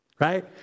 Right